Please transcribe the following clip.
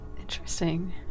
Interesting